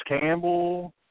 Campbell